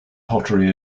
pottery